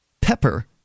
Pepper